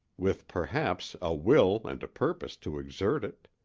with perhaps a will and a purpose to exert it.